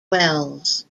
welles